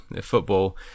football